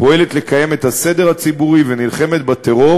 פועלת לקיים את הסדר הציבורי ונלחמת בטרור